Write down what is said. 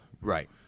Right